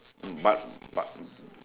um but but